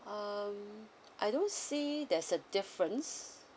um I don't see there's a differences